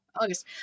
August